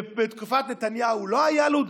בתקופת נתניהו לא היה לוד?